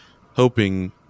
hoping